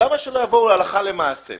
למה שלא יבואו הלכה למעשה?